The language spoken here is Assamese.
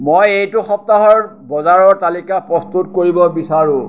মই এইটো সপ্তাহৰ বজাৰৰ তালিকা প্ৰস্তুত কৰিব বিচাৰোঁ